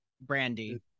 Brandy